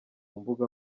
mbuga